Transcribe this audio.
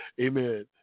amen